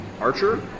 Archer